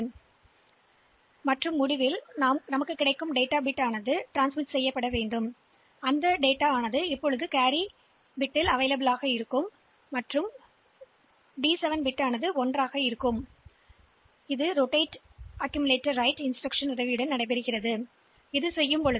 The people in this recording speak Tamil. எனவே அதன் முடிவில் நாம் கடத்த விரும்பும் அடுத்த பிட்டை கடத்த வேண்டும் மற்றும் டி 7 பிட் இந்த செட் கேரியால் ஒன்றாகும் பின்னர் இந்த RAR ஐ செய்யும்போது